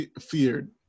feared